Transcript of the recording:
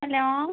hello